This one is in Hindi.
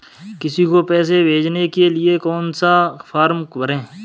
किसी को पैसे भेजने के लिए कौन सा फॉर्म भरें?